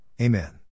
Amen